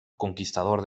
conquistador